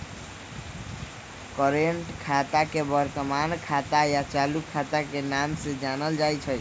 current खाता के वर्तमान खाता या चालू खाता के नाम से जानल जाई छई